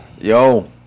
Yo